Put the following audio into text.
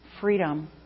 freedom